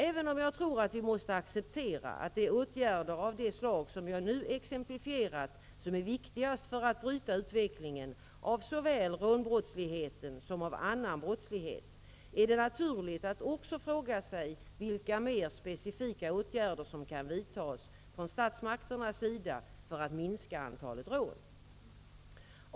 Även om jag tror att vi måste acceptera att det är åtgärder av det slag jag nu har exemplifierat som är viktigast för att bryta utvecklingen av såväl rånbrottsligheten som annan brottslighet, är det naturligt att också fråga sig vilka mer specifika åtgärder som kan vidtas från statsmakternas sida för att minska antalet rån.